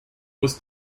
was